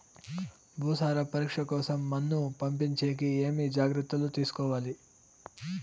భూసార పరీక్ష కోసం మన్ను పంపించేకి ఏమి జాగ్రత్తలు తీసుకోవాలి?